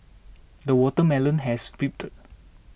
the watermelon has ripened